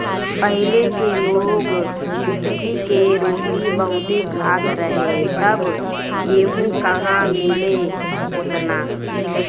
पहिले के लोग कुटकी के रोटी बहुते खात रहे तब गेहूं कहां मिले ओतना